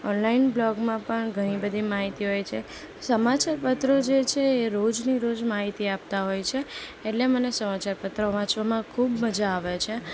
online બ્લોગમાં પણ ઘણી બધી માહિતી હોય છે સમાચાર પત્ર જે છે એ રોજની રોજ માહિતી આપતા હોય છે એટલે મને સમાચાર પત્રો વાંચવામાં ખૂબ મજા આવે છે